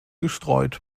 gestreut